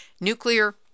Nuclear